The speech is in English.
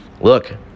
look